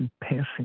passing